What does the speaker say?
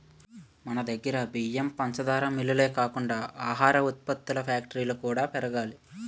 మనదగ్గర బియ్యం, పంచదార మిల్లులే కాకుండా ఆహార ఉత్పత్తుల ఫ్యాక్టరీలు కూడా పెరగాలి